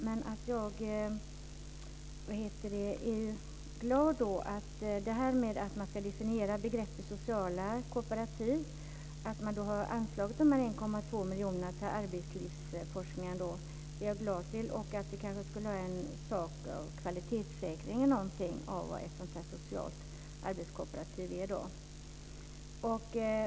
Men jag är glad för att man ska definiera begreppet sociala kooperativ och att man har anslagit de 1,2 miljonerna för arbetslivsforskningen. Vi kanske också skulle kunna göra en kvalitetssäkring av vad ett socialt arbetskooperativ är.